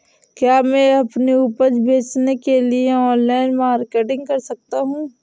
क्या मैं अपनी उपज बेचने के लिए ऑनलाइन मार्केटिंग कर सकता हूँ?